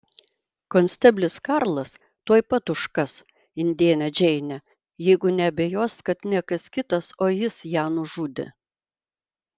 konsteblis karlas tuoj pat užkas indėnę džeinę jeigu neabejos kad ne kas kitas o jis ją nužudė